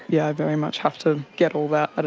yeah, i very much have to get all that, but